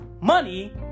money